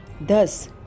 Thus